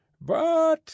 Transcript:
But